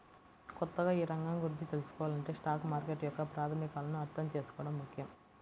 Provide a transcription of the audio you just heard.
కొత్తగా ఈ రంగం గురించి తెల్సుకోవాలంటే స్టాక్ మార్కెట్ యొక్క ప్రాథమికాలను అర్థం చేసుకోవడం ముఖ్యం